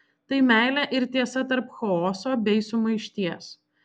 tai meilė ir tiesa tarp chaoso bei sumaišties